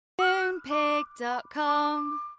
Moonpig.com